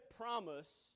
promise